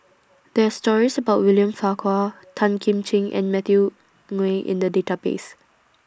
There's stories about William Farquhar Tan Kim Ching and Matthew Ngui in The Database